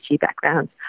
backgrounds